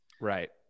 Right